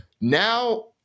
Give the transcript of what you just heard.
now